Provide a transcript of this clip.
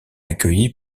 accueilli